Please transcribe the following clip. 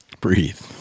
Breathe